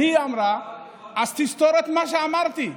היא אמרה, אז תסתור את מה שאמרתי.